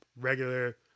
regular